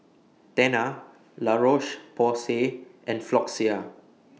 Tena La Roche Porsay and Floxia